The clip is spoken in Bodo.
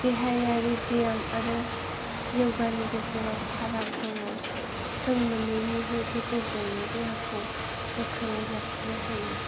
देहायारि बेयाम आरो य'गानि गेजेराव फाराग दङ जों मोननैनिबो गेजेरजोंनो देहाखौ गोख्रोङै लाखिनो हायो